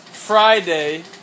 Friday